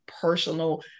personal